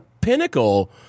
pinnacle